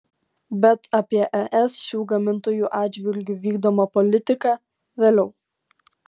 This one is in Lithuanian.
bet apie es šių gamintojų atžvilgiu vykdomą politiką vėliau